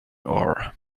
ore